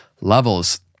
levels